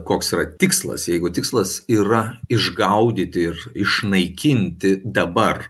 koks yra tikslas jeigu tikslas yra išgaudyti ir išnaikinti dabar